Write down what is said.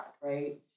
right